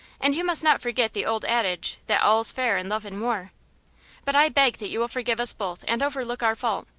and you must not forget the old adage that all's fair in love and war but i beg that you will forgive us both and overlook our fault,